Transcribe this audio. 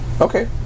Okay